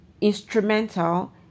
instrumental